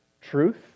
truth